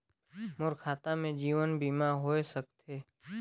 मोर खाता से जीवन बीमा होए सकथे?